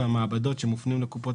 בעולמות הדיגום והמעבדות שמופנים לקופות